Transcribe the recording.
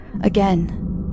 again